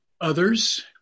others